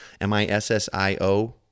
M-I-S-S-I-O